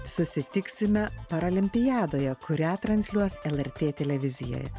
susitiksime paralimpiadoje kurią transliuos lrt televizija